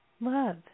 love